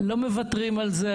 לא מוותרים על זה.